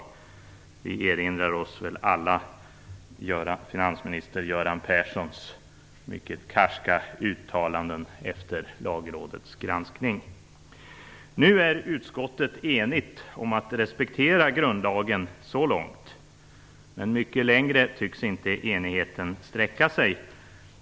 Vi erinrar oss väl alla finansminister Göran Perssons mycket karska uttalanden efter Lagrådets granskning. Nu är utskottet enigt om att respektera grundlagen så långt - men mycket längre tycks inte enigheten sträcka sig.